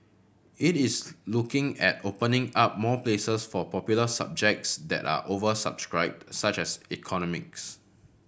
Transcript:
it is looking at opening up more places for popular subjects that are oversubscribed such as economics